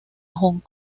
hong